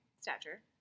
Stature